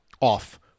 off